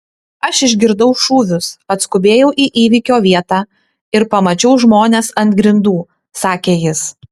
aš išgirdau šūvius atskubėjau į įvykio vietą ir pamačiau žmones ant grindų sakė jis